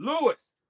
Lewis